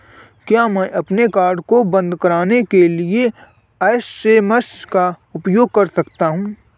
क्या मैं अपने कार्ड को बंद कराने के लिए एस.एम.एस का उपयोग कर सकता हूँ?